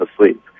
asleep